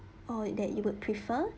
or that you would prefer